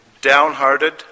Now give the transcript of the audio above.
downhearted